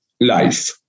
life